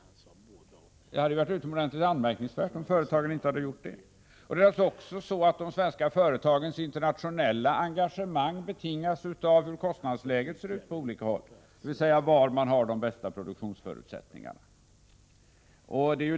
Det hade varit utomordentligt anmärkningsvärt om företagen inte hade gjort det. Självfallet betingas de svenska företagens internationella engagemang av hur kostnadsläget ser ut på olika håll, dvs. var man har de bästa produktionsförutsättningarna.